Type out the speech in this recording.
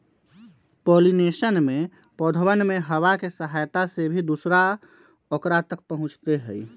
pollination में पौधवन में हवा के सहायता से भी दूसरा औकरा तक पहुंचते हई